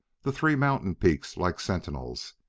the three mountain peaks like sentinels.